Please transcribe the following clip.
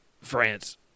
France